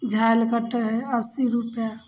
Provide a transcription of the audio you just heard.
झलि कटै हइ अस्सी रुपैए